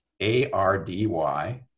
A-R-D-Y